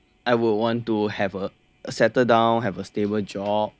I would want to have uh settle down have a stable job ya of course